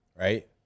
right